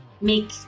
make